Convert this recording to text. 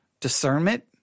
discernment